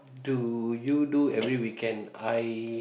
do you do every weekend I